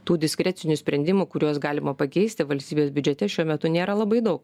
tų diskrecinių sprendimų kuriuos galima pakeisti valstybės biudžete šiuo metu nėra labai daug